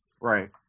Right